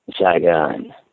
Saigon